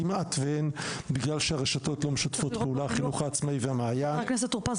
בגלל שהרשתות החינוך העצמאי והמעיין לא משתפות פעולה.